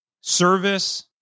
service